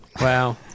Wow